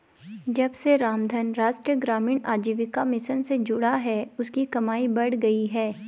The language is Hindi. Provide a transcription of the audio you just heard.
जब से रामधन राष्ट्रीय ग्रामीण आजीविका मिशन से जुड़ा है उसकी कमाई बढ़ गयी है